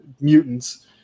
mutants